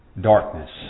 darkness